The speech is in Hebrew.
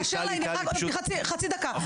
טלי, פשוט אנחנו ממהרים.